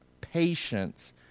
patience